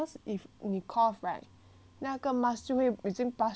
那个 mask 就会已经 pass 出去了 you have no use [what]